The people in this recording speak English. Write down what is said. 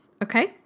okay